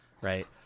right